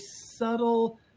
subtle